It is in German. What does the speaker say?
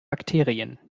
bakterien